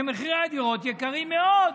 שמחירי הדירות גבהים מאוד,